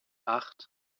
acht